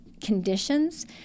conditions